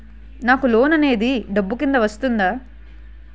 నాకు లోన్ అనేది డబ్బు కిందా వస్తుందా?